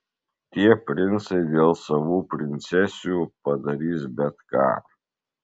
tie princai dėl savų princesių padarys bet ką